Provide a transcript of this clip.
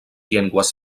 llengües